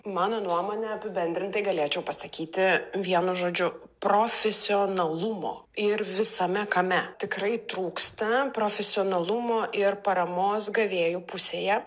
mano nuomone apibendrintai galėčiau pasakyti vienu žodžiu profesionalumo ir visame kame tikrai trūksta profesionalumo ir paramos gavėjų pusėje